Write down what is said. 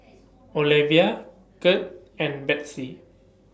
Olevia Kurt and Betsey